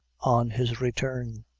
on his return.